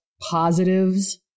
positives